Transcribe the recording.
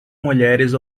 mulheres